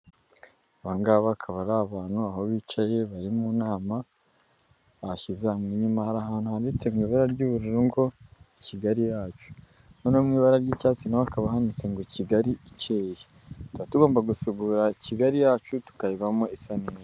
Aba ngaba bakaba ari abantu, aho bicaye bari mu nama bashyize hamwe, inyuma hari ahantu handitse mu ibara ry'ubururu ngo Kigali yacu, noneho mu ibara ry'icyatsi naho hakaba handitse ngo Kigali ikeye, tuba tugomba gusukura Kigali yacu tukayibamo isa neza.